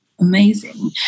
amazing